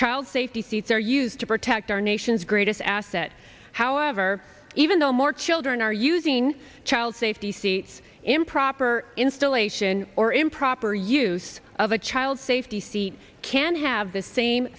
child safety seats are used to protect our nation's greatest asset however even though more children are using child safety seats improper installation or improper use of a child safety seat can have the same